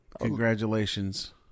congratulations